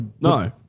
No